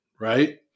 right